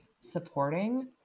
supporting